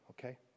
Okay